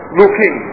looking